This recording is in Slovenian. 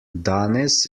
danes